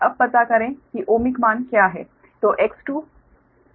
अब पता करें कि ओमिक मान क्या है